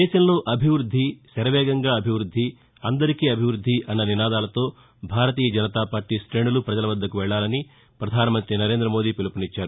దేశంలో అభివ్బద్ది శరవేగంగా అభివ్బద్ది అందరికీ అభివృద్ది అన్న నినాదాలతో భారతీయ జనతాపార్టీ తేణులు పజల వద్దకు వెళ్ళాలని పధాన మంతి నరేందమోదీ పిలుపునిచ్చారు